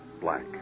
black